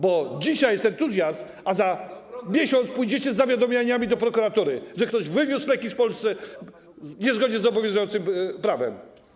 Bo dzisiaj jest entuzjazm, a za miesiąc pójdziecie z zawiadomieniami do prokuratury, że ktoś wywiózł leki z Polski niezgodnie z obowiązującym prawem.